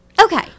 Okay